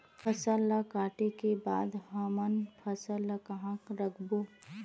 फसल ला काटे के बाद हमन फसल ल कहां रखबो?